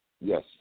Yes